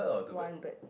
one bird